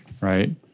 right